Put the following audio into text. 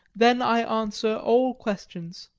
then i answer all questions.